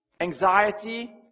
anxiety